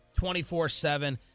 24-7